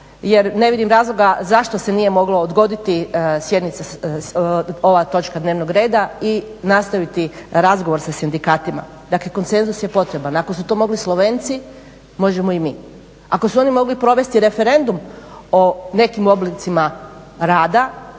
jer ne vidim razloga zašto se nije moglo odgoditi ova točka dnevnog reda i nastaviti razgovor sa sindikatima. Dakle konsenzus je potreban. Ako su to mogli Slovenci možemo i mi. Ako su oni mogli provesti referendum o nekim oblicima rada,